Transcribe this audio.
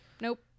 nope